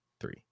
Three